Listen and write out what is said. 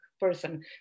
person